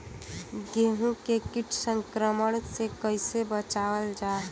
गेहूँ के कीट संक्रमण से कइसे बचावल जा?